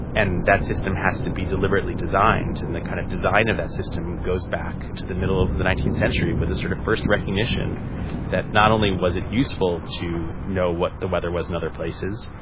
and that system has to be deliberately designed and the kind of design of that system goes back to the middle of the nineteenth century with a sort of first recognition that not only was it useful to know what the weather was and other places,